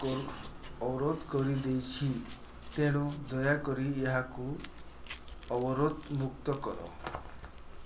କରୁ ଅବରୋଧ କରିଦେଇଛି ତେଣୁ ଦୟାକରି ଏହାକୁ ଅବରୋଧମୁକ୍ତ କର